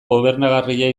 gobernagarria